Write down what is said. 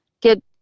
get